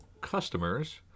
customers